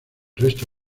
resto